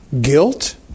guilt